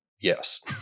yes